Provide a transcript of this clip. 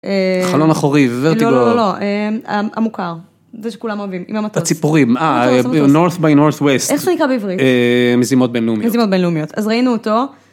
חלון אחורי, ורטיגו, לא, לא, לא. המוכר. זה שכולם אוהבים. עם המטוס, הציפורים, המטוס, המטוס. North by north west. איך זה נקרא בעברית? מזימות בינלאומיות. מזימות בינלאומיות. אז ראינו אותו.